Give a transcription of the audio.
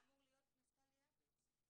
היה אמור להיות נפתלי יעב"ץ.